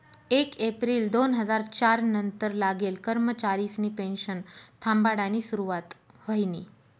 येक येप्रिल दोन हजार च्यार नंतर लागेल कर्मचारिसनी पेनशन थांबाडानी सुरुवात व्हयनी